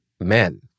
men